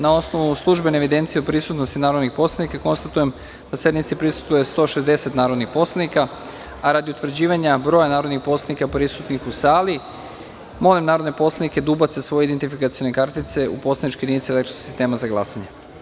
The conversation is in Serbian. Na osnovu službene evidencije o prisutnosti narodnih poslanika konstatujem da sednici prisustvuje 160 narodnih poslanika, a radi utvrđivanja broja narodnih poslanika prisutnih u sali molim narodne poslanike da ubace svoje identifikacione kartice u poslaničke jedinice elektronskog sistema za glasanje.